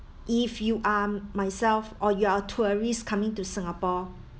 if you are myself or you are a tourist coming to singapore